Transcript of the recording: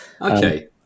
okay